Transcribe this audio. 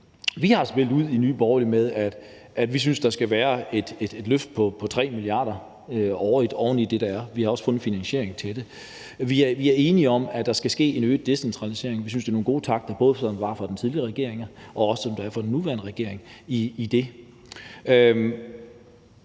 Vi har i Nye Borgerlige spillet ud med, at vi synes, at der skal være et løft på 3 mia. kr. oven i det, der er, og vi har også fundet en finansiering til det. Vi er enige i, at der skal ske en øget decentralisering, og vi synes, der er nogle gode takter i det, både fra den tidligere regering og fra den nuværende regering. Det